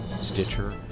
Stitcher